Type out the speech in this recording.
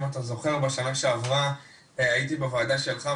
אם אתה זוכר בשנה שעברה הייתי בוועדה שלך,